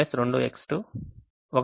X1 2X2